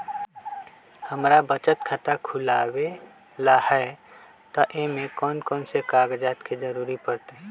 हमरा बचत खाता खुलावेला है त ए में कौन कौन कागजात के जरूरी परतई?